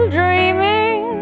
dreaming